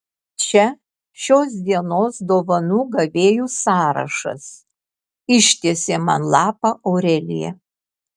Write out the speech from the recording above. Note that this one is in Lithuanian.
čia šios dienos dovanų gavėjų sąrašas ištiesė man lapą aurelija